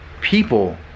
people